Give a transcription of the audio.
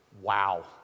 wow